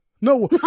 no